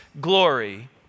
glory